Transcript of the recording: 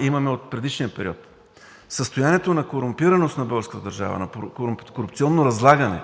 имаме от предишния период. Състоянието на корумпираност на българската държава, на корупционно разлагане